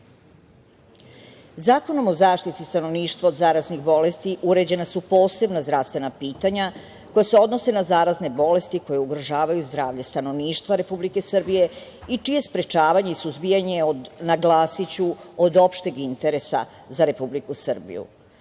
ratove. Zakonom o zaštiti stanovništva od zaraznih bolesti uređena su posebna zdravstvena pitanja koja se odnose na zarazne bolesti koje ugrožavaju zdravlje stanovništva Republike Srbije i čije sprečavanje i suzbijanje je, naglasiću, od opšteg interesa za Republiku Srbiju. Ovim